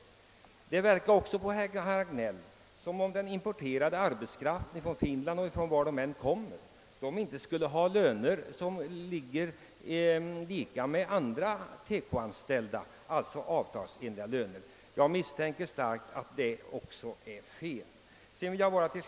Vidare verkade det på herr Hagnell som om den från Finland och andra länder importerade arbetskraften inte hade löner som ligger i nivå med andra TEKO-anställdas, att de importerade arbetarna med andra ord inte hade avtalsenliga löner. Jag är övertygad om att herr Hagnell även på den punkten har fel.